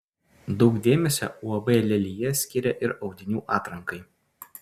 daug dėmesio uab lelija skiria ir audinių atrankai